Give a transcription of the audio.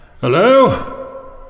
Hello